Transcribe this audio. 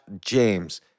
James